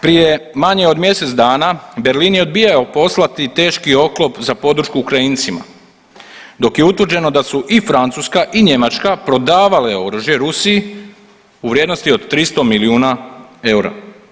Prije manje od mjesec dana Berlin je odbijao poslati teški oklop za podršku Ukrajincima dok je utvrđeno da su i Francuska i Njemačka prodavale oružje Rusiji u vrijednosti od 300 milijuna eura.